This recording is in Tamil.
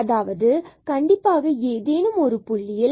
அதாவது கண்டிப்பாக ஏதேனும் ஒரு புள்ளியில் fx and fy 0